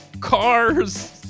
cars